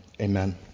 Amen